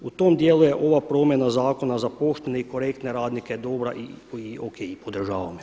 U tom dijelu je ova promjena zakona za poštene i korektne radnike dobra i o.k. i podržavam ju.